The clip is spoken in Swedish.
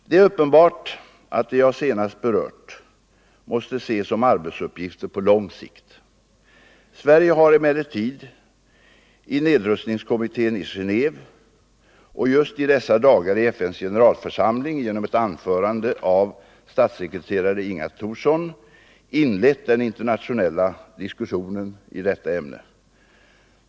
Det är uppenbart att det jag senast berört måste ses som arbetsuppgifter på lång sikt. Sverige har emellertid, i nedrustningskommittén i Genéve och just i dessa dagar i FN:s generalförsamling genom ett anförande av statssekreterare Inga Thorsson, inlett den internationella diskussionen i detta ämne.